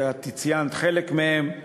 ואת ציינת חלק מהן.